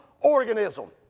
organism